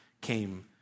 came